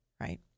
right